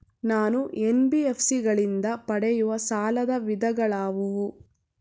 ನಾನು ಎನ್.ಬಿ.ಎಫ್.ಸಿ ಗಳಿಂದ ಪಡೆಯುವ ಸಾಲದ ವಿಧಗಳಾವುವು?